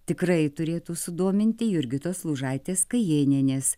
tikrai turėtų sudominti jurgitos lūžaitės kajėnienės